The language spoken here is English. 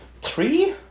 three